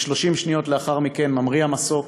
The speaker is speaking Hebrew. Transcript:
כ-30 שניות לאחר מכן המריא המסוק